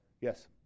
Yes